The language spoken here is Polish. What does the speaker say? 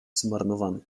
zmarnowany